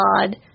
God